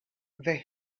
they